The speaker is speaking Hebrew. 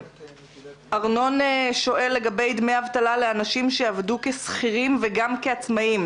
ארנון שואל לגבי דמי אבטלה לאנשים שעבדו כשכירים וגם כעצמאים,